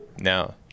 No